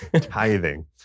tithing